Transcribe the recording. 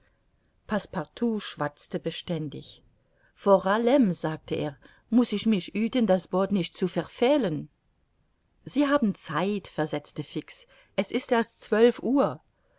partout schwatzte beständig vor allem sagte er muß ich mich hüten das boot nicht zu verfehlen sie haben zeit versetzte fix es ist erst zwölf uhr